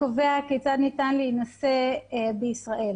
שקובע כיצד ניתן להינשא בישראל.